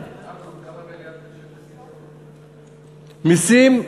כמה מיליארד, מסים,